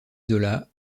zola